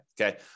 Okay